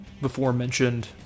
before-mentioned